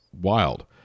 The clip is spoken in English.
wild